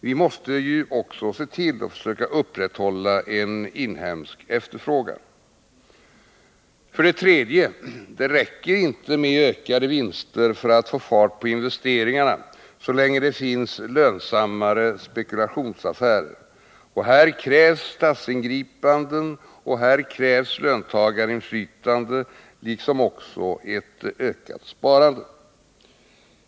Vi måste ju också upprätthålla en inhemsk efterfrågan. För det tredje: Det räcker inte med ökade vinster för att få fart på investeringarna så länge det finns lönsammare spekulationsaffärer. Här krävs statsingripanden och löntagarinflytande, liksom ett ökat sparande.